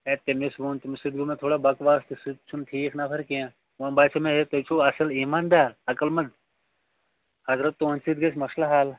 A تٔمس ووٚن تٔمس سۭتۍ گوٚو مےٚ تھوڑا بکواس تہِ سُہ تہِ چھُنہٕ ٹھیٖک نَفر کیٚنٛہہ وۄنۍ باسیو مےٚ ہے تُہۍ چھو اصل ایماندار عقلمند اگر حظ تُہندِ سۭتۍ گَژھِ مَسلہٕ حل